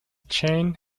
chain